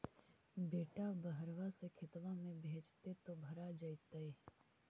बेटा बहरबा से खतबा में भेजते तो भरा जैतय?